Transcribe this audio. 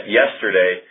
yesterday